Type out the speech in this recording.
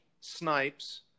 snipes